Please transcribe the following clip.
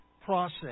process